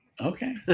Okay